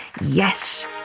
Yes